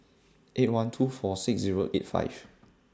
eight one two four six Zero eight five